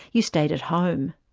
you stayed at home.